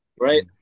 right